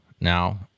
Now